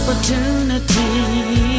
Opportunity